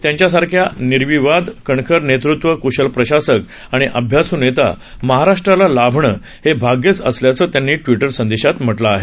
त्यांच्यासारखा निर्विवाद कणखर नेतृत्व कृशल प्रशासक आणि अभ्यासू नेता महाराष्ट्राला लाभणं हे भाग्यच असल्याचं त्यांनी ट्विटरवर म्हटलं आहे